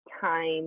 time